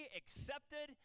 accepted